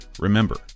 Remember